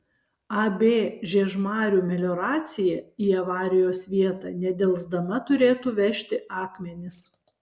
ab žiežmarių melioracija į avarijos vietą nedelsdama turėtų vežti akmenis